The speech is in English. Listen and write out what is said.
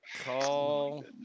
Call